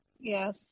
Yes